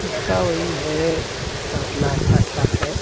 उसका वही है सात लाख आठ लाख है